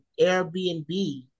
Airbnb